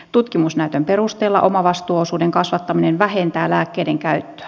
tutkimusnäytön perusteella omavastuuosuuden kasvattaminen vähentää lääkkeiden käyttöä